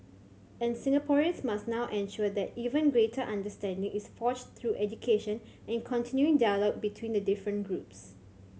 and Singaporeans must now ensure that even greater understanding is forged through education and continuing dialogue between the different groups